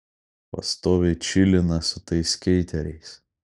pastoviai čilina su tais skeiteriais